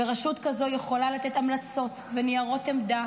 ורשות כזאת יכולה לתת המלצות וניירות עמדה